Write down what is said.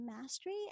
mastery